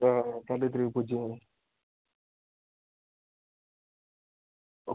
ते पैह्ली तरीक पुज्जी जायो